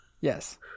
Yes